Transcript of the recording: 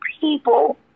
people